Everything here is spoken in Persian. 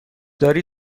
داری